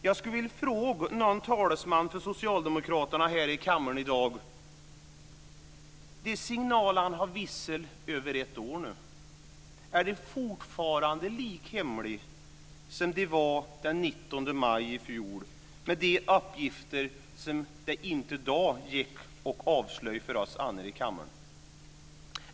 Jag skulle vilja fråga någon talesman för socialdemokraterna i kammaren i dag angående den signal som nu har visslat i över ett år. Är den fortfarande lika hemlig som den var den 19 maj i fjol, med de uppgifter som det inte då gick att avslöja för oss andra i kammaren?